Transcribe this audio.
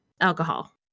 alcohol